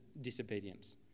disobedience